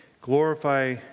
Glorify